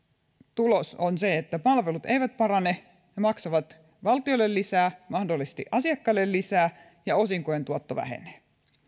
tulos on se että palvelut eivät parane ne maksavat valtiolle lisää mahdollisesti asiakkaille lisää ja osinkojen tuotto vähenee